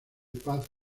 paz